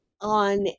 on